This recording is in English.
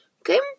Okay